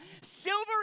Silver